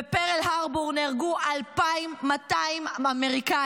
בפרל הארבור נהרגו 2,200 אמריקנים,